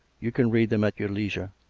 you can read them at your leisure.